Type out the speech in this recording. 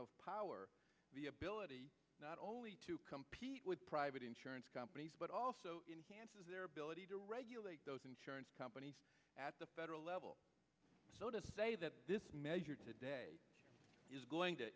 of power the ability not only to compete with private insurance companies but also their ability to regulate those insurance companies at the federal level so to say that this measure today is going to